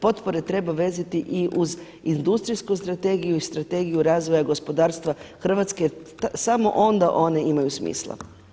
Potpore treba vezati i uz Industrijsku strategiju i Strategiju razvoja gospodarstva Hrvatske samo onda one imaju smisla.